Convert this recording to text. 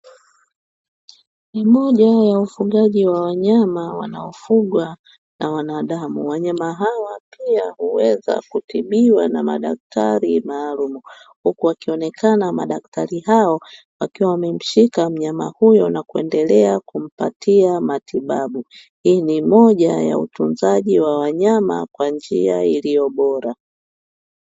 Ni moja ya ufugaji wa wanyama wanaofugwa na wanadamu, wanyama hawa pia huweza kutibiwa na madaktari maalumu, huku wakionekana madaktari hao wakiwa wamemshika mnyama huyo na kuendelea kumpatia matibabu. Hii ni moja ya utunzaji wa wanyama kwa njia iliyo bora.